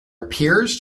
appears